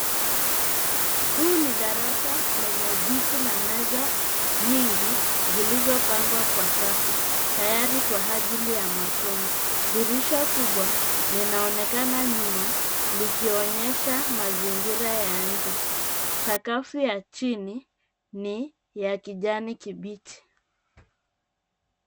Huu ni darasa lenye viti na meza nyingi zilizopangwa kwa safu tayari kwa ajili ya masomo. Dirisha kubwa, linaonekana nyuma likionyesha mazingira ya nje. Sakafu ya chini ni ya kijani kibichi.